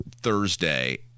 Thursday